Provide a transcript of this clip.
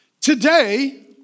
Today